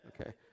okay